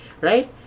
Right